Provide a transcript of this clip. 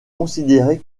considéré